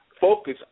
focus